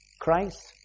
Christ